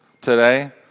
today